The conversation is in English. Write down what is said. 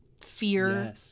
fear